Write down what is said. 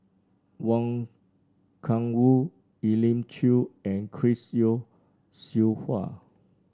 Wang Gungwu Elim Chew and Chris Yeo Siew Hua